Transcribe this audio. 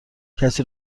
کسی